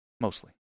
Mostly